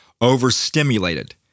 overstimulated